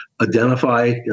identify